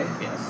Yes